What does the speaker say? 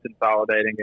consolidating